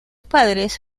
padres